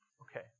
Okay